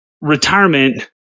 retirement